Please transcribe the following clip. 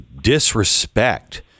disrespect